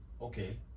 Okay